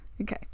Okay